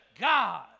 God